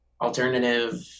alternative